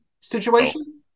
situation